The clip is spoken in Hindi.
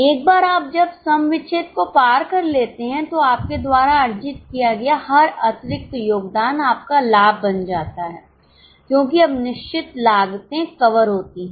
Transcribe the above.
एक बार जब आप सम विच्छेद को पार कर लेते हैं तो आपके द्वारा अर्जित किया गया हर अतिरिक्त योगदान आपका लाभ बन जाता है क्योंकि अब निश्चित लागते कवर होती हैं